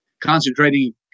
concentrating